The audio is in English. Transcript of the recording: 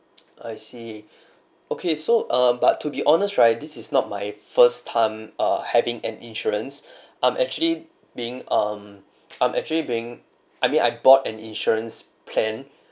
I see okay so uh but to be honest right this is not my first time uh having an insurance I'm actually being um I'm actually being I mean I bought an insurance plan